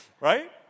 Right